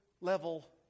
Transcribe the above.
level